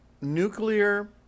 nuclear